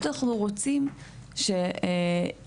אנחנו רוצים שיהיה